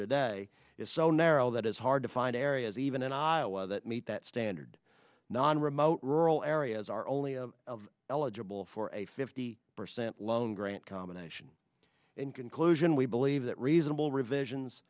today is so narrow that it's hard to find areas even in iowa that meet that standard non remote rural areas are only eligible for a fifty percent loan grant combination in conclusion we believe that reasonable revisions